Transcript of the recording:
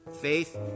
Faith